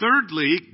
thirdly